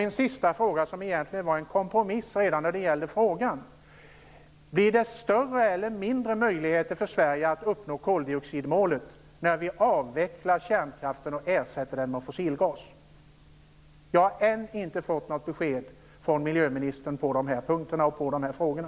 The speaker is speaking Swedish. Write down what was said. Min sista fråga, som egentligen var en kompromiss redan då det gällde frågan, var: Blir det större eller mindre möjligheter för Sverige att uppnå koldioxidmålet när vi avvecklar kärnkraften och ersätter den med fossilgas? Jag har ännu inte fått något besked från miljöministern när det gäller de här frågorna.